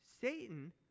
Satan